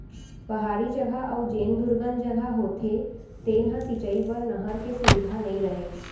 पहाड़ी जघा अउ जेन दुरगन जघा होथे तेन ह सिंचई बर नहर के सुबिधा नइ रहय